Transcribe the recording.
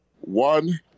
One